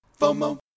FOMO